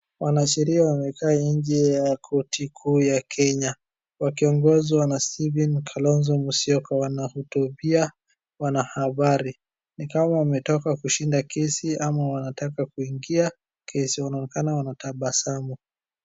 Wanasheria wamekaa nje ya Koti Kuu ya Kenya. Wakiongozwa na Stephen Kalonzo Musyoka, wanahutubia wanahabari ni kama wametoka kushinda kesi ama wanataka kuingia kesi, wanaonekana wanatabasamu.